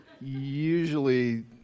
usually